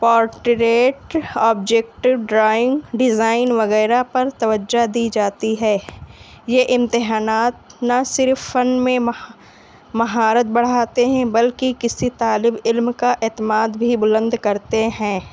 portrait object drawing design وغیرہ پر توجہ دی جاتی ہے یہ امتحانات نہ صرف فن میں مہارت بڑھاتے ہیں بلکہ کسی طالب علم کا اعتماد بھی بلند کرتے ہیں